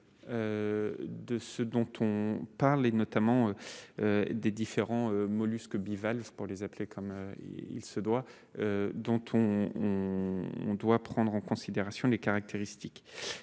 de ce dont on parle, et notamment des différents mollusques bivalves pour les appeler comme il se doit, dont on on. On doit prendre en considération les caractéristiques,